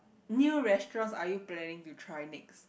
new restaurants are you planning to try next